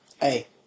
Hey